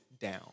down